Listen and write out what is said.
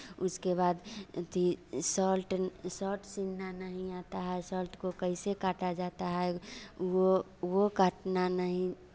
उसके बाद अथि शर्ट शर्ट सिलना नहीं आता है शर्ट को कैसे काटा जाता है वो वो काटना नहीं